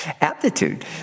aptitude